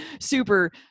Super